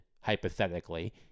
hypothetically